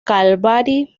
calvary